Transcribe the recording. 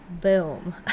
Boom